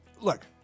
look